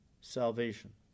salvation